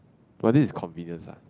but this is convenience ah